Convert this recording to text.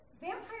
vampire